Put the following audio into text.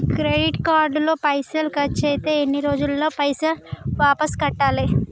Credit card లో పైసల్ ఖర్చయితే ఎన్ని రోజులల్ల పైసల్ వాపస్ కట్టాలే?